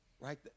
right